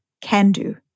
can-do